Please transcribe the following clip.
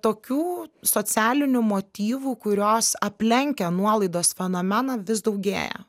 tokių socialinių motyvų kurios aplenkia nuolaidos fenomeną vis daugėja